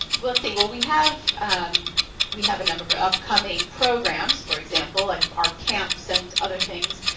well let's see. well we have um we have a number of ah upcoming programs, for example, like our camps and other things.